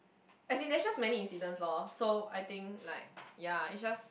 as in there are just many incidents lor so I think like ya it just